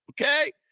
Okay